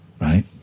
right